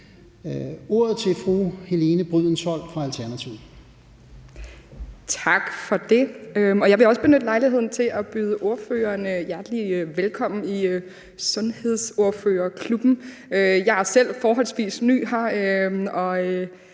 Kl. 11:48 Helene Brydensholt (ALT): Tak for det. Jeg vil også benytte lejligheden til at byde ordføreren hjertelig velkommen i sundhedsordførerklubben. Jeg er selv forholdsvis ny her,